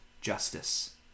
justice